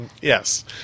Yes